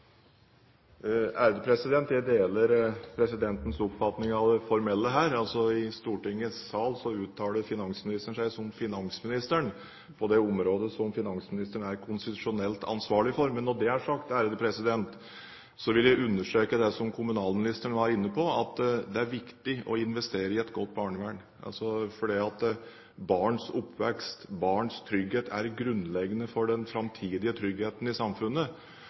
Jeg deler presidentens oppfatning av det formelle her. Altså: I Stortingets sal uttaler finansministeren seg som finansministeren på det området som finansministeren er konstitusjonelt ansvarlig for. Men når det er sagt, vil jeg understreke det som kommunalministeren var inne på, at det er viktig å investere i et godt barnevern. For barns oppvekst, barns trygghet, er grunnleggende for den framtidige tryggheten i samfunnet.